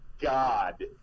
god